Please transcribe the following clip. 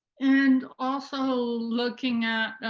and also, looking at